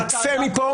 צא מפה.